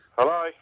hello